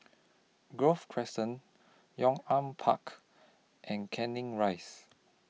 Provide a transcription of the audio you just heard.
Grove Crescent Yong An Park and Canning Rise